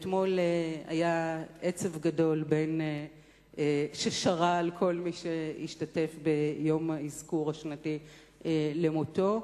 אתמול עצב גדול שרה על כל מי שהשתתף ביום האזכור השנתי של מותו.